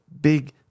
big